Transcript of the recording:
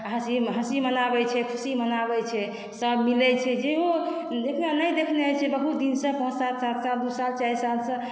हँसी हँसी मनाबै छै खुशी मनाबै छै सभ मिले छै जेहो गोटा नहि देखने छै बहुत दिनसँ पाँच साल सात साल दू साल चारि सालसँ